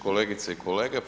Kolegice i kolege.